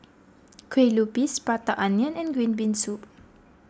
Kue Lupis Prata Onion and Green Bean Soup